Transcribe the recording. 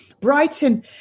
Brighton